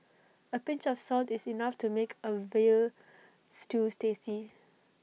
A pinch of salt is enough to make A Veal Stews tasty